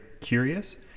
curious